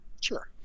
sure